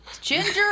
Ginger